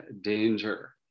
danger